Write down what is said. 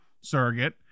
surrogate